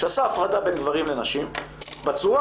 שעשה הפרדה בין גברים לנשים בצורה,